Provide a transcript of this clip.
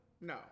No